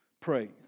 pray